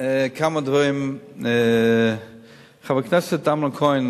כמה דברים: חבר הכנסת אמנון כהן,